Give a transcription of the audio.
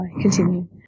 continue